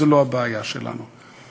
זו לא הבעיה שלנו.